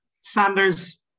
Sanders